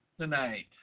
Tonight